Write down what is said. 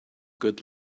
good